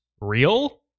real